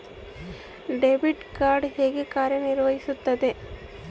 Debit card ಹೇಗೆ ಕಾರ್ಯನಿರ್ವಹಿಸುತ್ತದೆ?